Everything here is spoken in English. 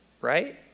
right